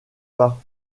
pas